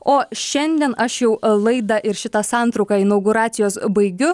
o šiandien aš jau laidą ir šitą santrauką inauguracijos baigiu